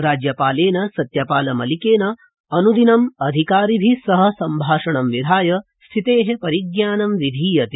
राज्यपालेन सत्यपालमलिकेन अन्दिनम् अधिकारिभि सह सम्भाषणं विधाय स्थिते परिज्ञानं विधीयते